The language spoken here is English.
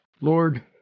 Lord